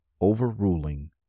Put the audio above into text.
overruling